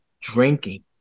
drinking